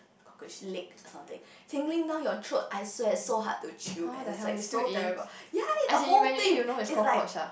cockroach leg or something tingling down your throat I swear it's so hard to chew and it's like so terrible ya I ate the whole thing it's like